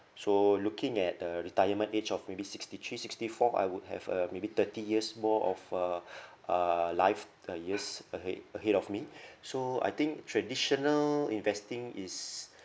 so looking at the retirement age of maybe sixty-three sixty-four I would have uh maybe thirty years more of uh uh life the years ahead ahead of me so I think traditional investing is